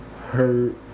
Hurt